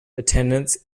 attendance